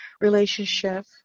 relationship